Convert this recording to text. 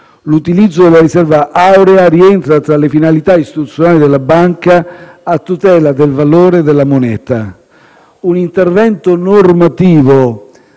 l'utilizzo della riserva aurea rientra tra le finalità istituzionali della banca a tutela del valore della moneta. Un intervento normativo